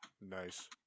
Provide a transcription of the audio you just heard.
Nice